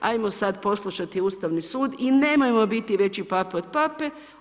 Hajmo sad poslušati Ustavni sud i nemojmo biti veći pape od pape.